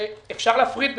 שאפשר להפריד ביניהם.